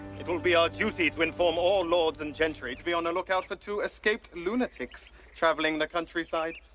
it will be our duty to inform all lords and gentry to be on the lookout for two escaped lunatics traveling the countryside,